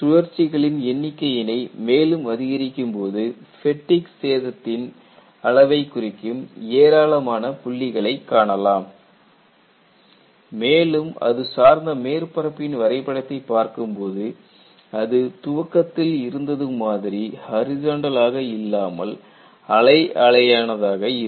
சுழற்சிகளின் எண்ணிக்கையினை மேலும் அதிகரிக்கும்போது ஃபேட்டிக் சேதத்தின் அளவைக் குறிக்கும் ஏராளமான புள்ளிகளைக் காணலாம் மேலும் அது சார்ந்த மேற்பரப்பின் வரைபடத்தை பார்க்கும்போது அது துவக்கத்தில் இருந்தது மாதிரி ஹரிசாண்டல் ஆக இல்லாமல் அலை அலையானதாக இருக்கும்